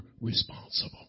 responsible